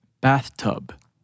Bathtub